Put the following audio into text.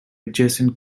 adjacent